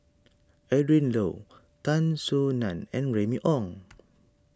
Adrin Loi Tan Soo Nan and Remy Ong